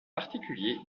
particulier